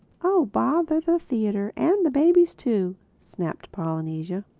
oh bother the theatre and the babies too, snapped polynesia.